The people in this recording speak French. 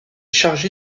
chargé